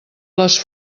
les